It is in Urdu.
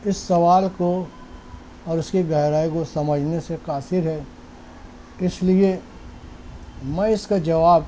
اس سوال کو اور اس کی گہرائی کو سمجھنے سے قاصر ہے اس لیے میں اس کا جواب